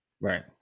Right